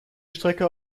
strecke